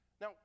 Now